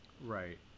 Right